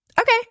Okay